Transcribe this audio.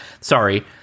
sorry